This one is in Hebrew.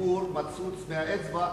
סיפור מצוץ מהאצבע.